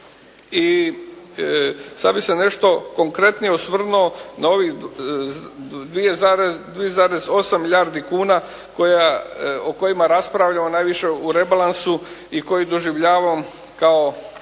i sad bih se nešto konkretnije osvrnuo na ovih 2,8 milijardi kuna o kojima raspravljamo najviše u rebalansu i koji doživljavam kao